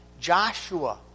Joshua